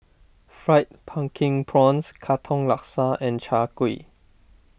Fried Pumpkin Prawns Katong Laksa and Chai Kuih